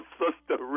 sister